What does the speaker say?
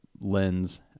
lens